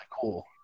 cool